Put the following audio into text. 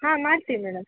ಹಾಂ ಮಾಡ್ತೀನಿ ಮೇಡಮ್